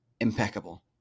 impeccable